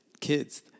kids